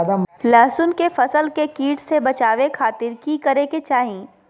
लहसुन के फसल के कीट से बचावे खातिर की करे के चाही?